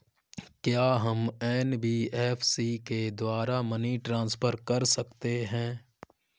क्या हम एन.बी.एफ.सी के द्वारा मनी ट्रांसफर कर सकते हैं?